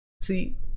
See